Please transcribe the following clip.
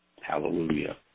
Hallelujah